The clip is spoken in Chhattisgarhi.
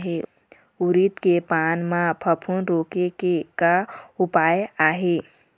उरीद के पान म फफूंद रोके के का उपाय आहे?